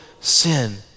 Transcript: sin